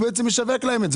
ישווק להם את זה.